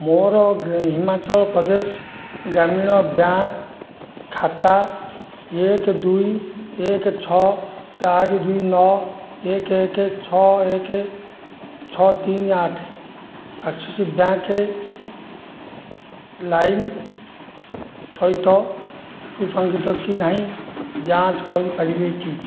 ମୋର ହିମାଚଳ ପ୍ରଦେଶ ଗ୍ରାମୀଣ ବ୍ୟାଙ୍କ ଖାତା ଏକ ଦୁଇ ଏକ ଛଅ ଚାରି ଦୁଇ ନଅ ଏକ ଏକ ଛଅ ଏକ ଛଅ ତିନି ଆଠ ଆକ୍ସିସ୍ ବ୍ୟାଙ୍କ ଲାଇମ୍ ସହିତ ସୁସଂଜିତ କି ନାହିଁ ଯାଞ୍ଚ କରିପାରିବେ କି